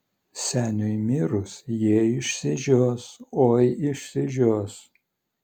seniui mirus jie išsižios oi išsižios